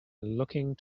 looking